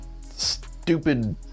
stupid